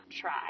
try